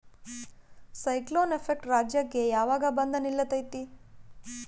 Cyclone effect ರಾಜ್ಯಕ್ಕೆ ಯಾವಾಗ ಬಂದ ನಿಲ್ಲತೈತಿ?